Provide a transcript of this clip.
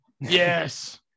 Yes